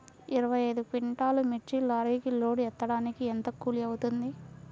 ఇరవై ఐదు క్వింటాల్లు మిర్చి లారీకి లోడ్ ఎత్తడానికి ఎంత కూలి అవుతుంది?